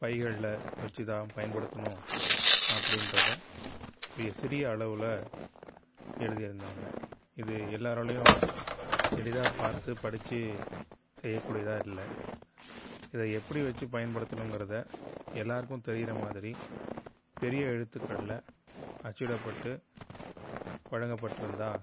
பைகளில் வைச்சுதான் பயன்படுத்தணும் அப்படின்றதை மிக சிறிய அளவில் எழுதியிருந்தாங்க இது எல்லோராலையும் எளிதாக பார்த்து படிச்சு செய்யக்கூடியதாக இல்லை இதை எப்படி வச்சு பயன்படுத்தணுங்கறதை எல்லோருக்கும் தெரியுற மாதிரி பெரிய எழுத்துக்களில் அச்சிடப்பட்டு வழங்கப்பட்டிருந்தால்